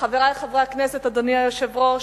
אך, חברי חברי הכנסת, אדוני היושב-ראש,